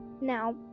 Now